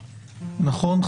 נכון,